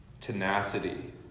Tenacity